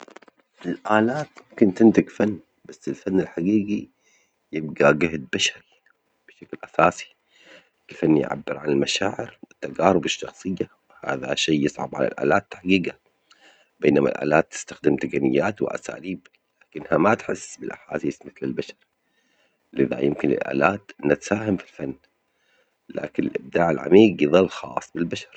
الآلات ممكن تنتج فن، بس الفن الحجيجي يبجى جهد بشر بشكل أساسي، الفن يعبر عن المشاعر والتجارب الشخصية وهذا شئ يصعب على الآلات تحجيجه، بينما الآلات تستخدم تقنيات وأساليب لكنها ما تحس بالأحاسيس مثل البشر، لذا يمكن للآلات إنها تساهم في الفن، لكن الإبداع العميق يظل خاص بالبشر.